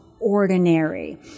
ordinary